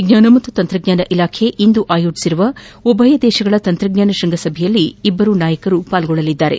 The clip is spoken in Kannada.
ವಿಜ್ಟಾನ ಮತ್ತು ತಂತ್ರಜ್ಟಾನ ಇಲಾವೆ ಇಂದು ಯೋಜಿಸುವ ಉಭಯ ದೇಶಗಳ ತಂತ್ರಜ್ಟಾನ ಶೃಂಗಸಭೆಯಲ್ಲಿ ಇಬ್ಬರೂ ನಾಯಕರು ಭಾಗವಹಿಸಲಿದ್ದಾರೆ